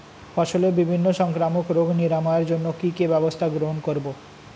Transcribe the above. ফসলের বিভিন্ন সংক্রামক রোগ নিরাময়ের জন্য কি কি ব্যবস্থা গ্রহণ করব?